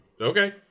okay